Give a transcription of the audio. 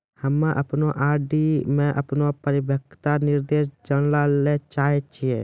हम्मे अपनो आर.डी मे अपनो परिपक्वता निर्देश जानै ले चाहै छियै